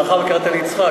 מאחר שקראת לי יצחק,